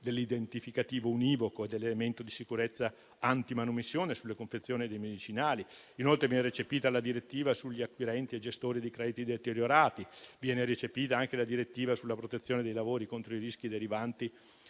dell'identificativo univoco e dell'elemento di sicurezza antimanomissione sulle confezioni dei medicinali. Inoltre, viene recepita la direttiva sugli acquirenti e gestori di crediti deteriorati. Viene recepita anche la direttiva sulla protezione dei lavori contro i rischi derivanti